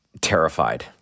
terrified